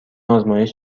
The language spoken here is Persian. آزمایش